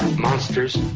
Monsters